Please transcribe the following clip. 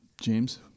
James